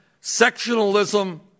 sectionalism